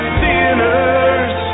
sinners